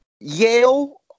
Yale